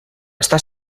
està